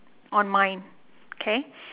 on mine okay